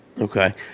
Okay